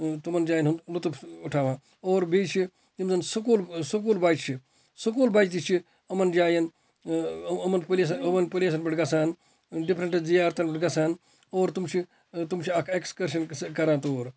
تِمَن جایَن ہُند لُطف اُٹھاوان اور بیٚیہِ چھِ یِم زَن سکول سکول بَچہِ چھِ سکول بَچہِ تہِ چھِ یِمَن جایَن یِمَن پملیسَن یِمَن پملیسَن پٮ۪ٹھ گَژھان دِفرَنٹ زِیارتَن پٮ۪ٹھ گَژھان اور تِم چھِ تِم چھِ اَکھ ایکسکَرشَن کَران تور